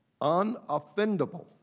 Unoffendable